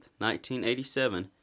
1987